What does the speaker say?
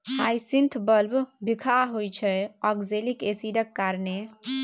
hyacinth bulb बिखाह होइ छै आक्जेलिक एसिडक कारणेँ